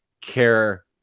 care